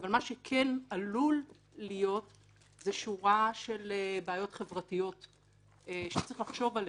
אבל מה שכן עלול להיות זה שורה של בעיות חבריות שצריך לחשוב עליהן: